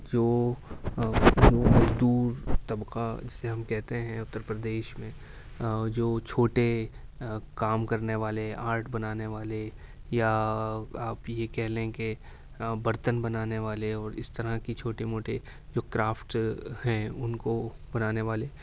جو مزدور طبقہ جسے ہم کہتے ہیں اتر پردیش میں جو چھوٹے کام کرنے والے آرٹ بنانے والے یا آپ یہ کہہ لیں کہ برتن بنانے والے اور اس طرح کی چھوٹے موٹے جو کرافٹ ہیں ان کو بنانے والے